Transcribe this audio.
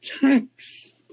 tax